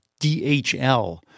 DHL